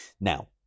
Now